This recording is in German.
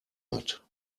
hat